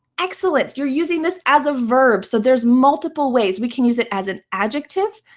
excellent. you're using this as a verb. so there's multiple ways. we can use it as an adjective.